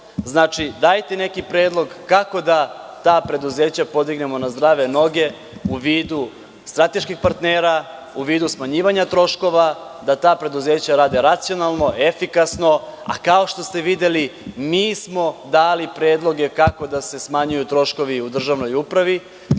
kuso, dajte neki predlog kako da ta preduzeća podignemo na zdrave noge u vidu strateških partnera, u vidu smanjivanja troškova, da ta preduzeća rade racionalno, efikasno. Kao što ste videli, mi smo dali predloge kako da se smanjuju troškovi u državnoj upravi,